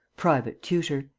private tutor.